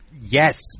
Yes